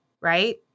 right